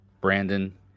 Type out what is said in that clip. brandon